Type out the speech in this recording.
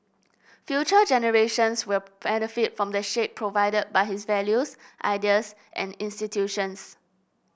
future generations will benefit from the shade provided by his values ideas and institutions